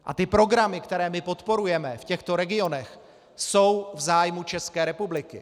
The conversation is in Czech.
A ty programy, které podporujeme v těchto regionech, jsou v zájmu České republiky.